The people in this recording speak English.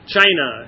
China